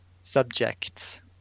subjects